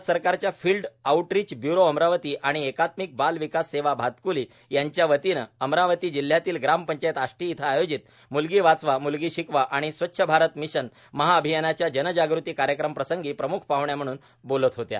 भारत सरकारच्या field outreach bureau Amravati आणि एकात्मिक बाल विकास सेवा भातकूली यांच्या वतीनं अमरावती जिल्ह्यातील ग्रामपंचायत आष्टी इथं आयोजित मुलगी वाचवा मुलगी शिकवा आणि स्वच्छ भारत मिशन महाअभियानाच्या जनजागृती कार्यक्रमाप्रसंगी प्रमूख पाहण म्हणून बोलत होत्या